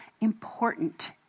important